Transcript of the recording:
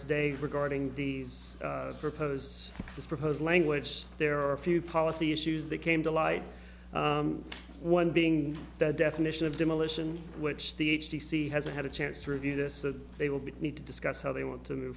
today regarding these proposed this proposed language there are a few policy issues that came to light one being the definition of demolition which the h d c hasn't had a chance to review this so that they will be need to discuss how they want to move